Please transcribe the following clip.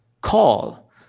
call